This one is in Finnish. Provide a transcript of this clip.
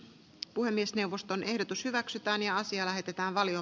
puhemiesneuvoston ehdotus hyväksytään ja asia lähetetään valio